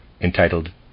entitled